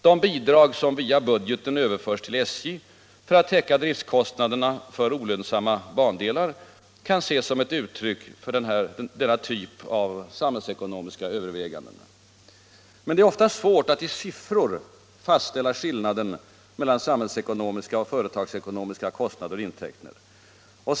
De bidrag som via budgeten överförs till SJ för att täcka driftkostnaderna för olönsamma bandelar kan ses som uttryck för denna typ av samhällsekonomiska överväganden. Det är ofta svårt att i siffror fastställa skillnaden mellan samhällsekonomiska och företagsekonomiska kostnader och intäkter.